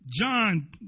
John